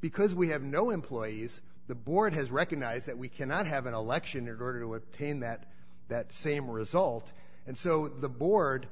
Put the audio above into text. because we have no employees the board has recognized that we cannot have an election in order to attain that that same result and so the board